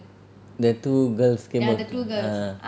the two girls came home ah